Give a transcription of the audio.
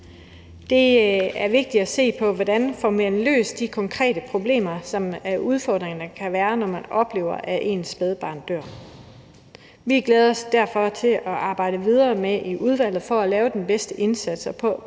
Det er vigtigt at se på, hvordan man får løst de konkrete problemer, som udfordringerne kan være, når man oplever, at ens spædbarn dør. Vi glæder os derfor til at arbejde videre med det i udvalget for at gøre den bedste indsats og